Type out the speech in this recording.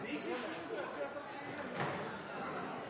Vi får